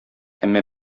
әмма